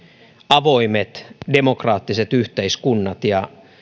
avoimet demokraattiset yhteiskunnat ja